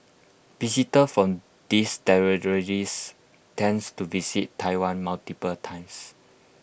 visitors from these territories tends to visit Taiwan multiple times